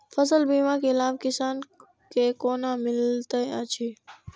फसल बीमा के लाभ किसान के कोना मिलेत अछि?